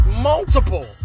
Multiple